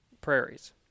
prairies